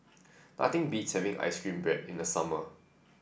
nothing beats having ice cream bread in the summer